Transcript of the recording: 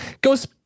goes